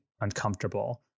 uncomfortable